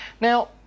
Now